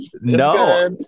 No